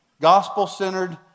Gospel-Centered